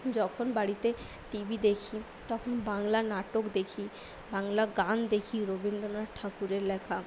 যখন বাড়িতে টিভি দেখি তখন বাংলা নাটক দেখি বাংলা গান দেখি রবীন্দ্রনাথ ঠাকুরের লেখা